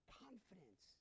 confidence